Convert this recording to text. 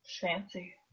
Fancy